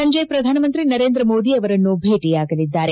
ಸಂಜೆ ಪ್ರಧಾನಮಂತ್ರಿ ನರೇಂದ್ರ ಮೋದಿ ಅವರನ್ನು ಭೇಟಿಯಾಗಲಿದ್ದಾರೆ